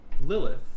lilith